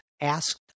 asked